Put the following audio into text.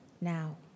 now